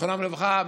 זיכרונם לברכה,